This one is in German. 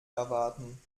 erwarten